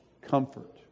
comfort